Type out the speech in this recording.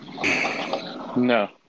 No